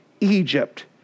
Egypt